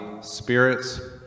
spirits